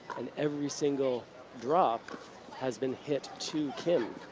and every single drop has been hit to kim.